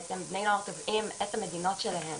בעצם בני נוער תובעים את המדינות שלהם